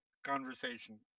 Conversation